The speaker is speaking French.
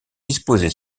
disposé